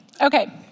Okay